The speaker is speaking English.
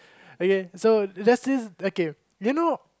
okay so there's this okay you know